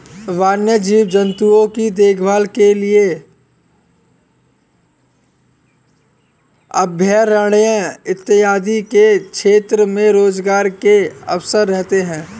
वन्य जीव जंतुओं की देखभाल के लिए अभयारण्य इत्यादि के क्षेत्र में रोजगार के अवसर रहते हैं